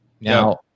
Now